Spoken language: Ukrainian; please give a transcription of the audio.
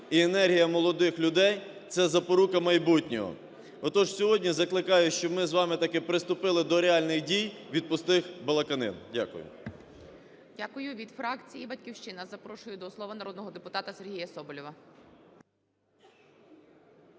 і енергія молодих людей – це запорука майбутнього. Отож, сьогодні закликаю, щоб ми з вами таки приступили до реальних дій, відпустив балаканину. Дякую. ГОЛОВУЮЧИЙ. Дякую. Від фракції "Батьківщина" запрошую до слова народного депутата Сергія Соболєва.